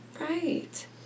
Right